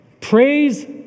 Praise